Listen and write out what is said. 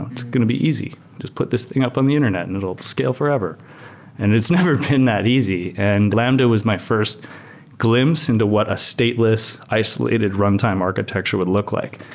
it's going to be easy. just put this thing up on the internet and it'll scale forever and it's never been that easy. and lambda was my first glimpse into what a stateless, isolated runtime architecture would look like.